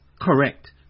correct